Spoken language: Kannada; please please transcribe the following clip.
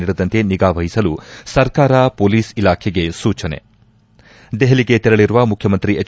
ನೀಡದಂತೆ ನಿಗಾ ವಹಿಸಲು ಸರ್ಕಾರ ಮೊಲೀಸ್ ಇಲಾಖೆಗೆ ಸೂಚನೆ ದೆಹಲಿಗೆ ತೆರಳಿರುವ ಮುಖ್ಜಮಂತ್ರಿ ಎಚ್